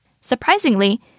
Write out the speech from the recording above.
Surprisingly